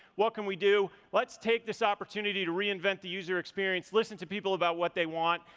what can we do? let's take this opportunity to reinvent the user experience, listen to people about what they want,